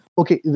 okay